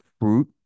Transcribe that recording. fruit